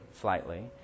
slightly